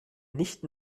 nicht